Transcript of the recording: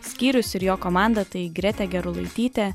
skyrius ir jo komanda tai gretė gerulaitytė